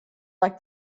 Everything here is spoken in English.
like